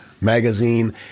Magazine